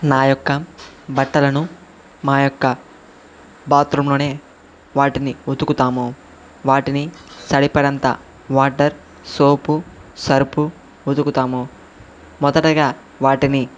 నా యొక్క బట్టలను మా యొక్క బాత్రూంలోనే వాటిని ఉతుకుతాము వాటిని సరిపడంత వాటర్ సోపు సరుపు ఉతుకుతాము మొదటగా వాటిని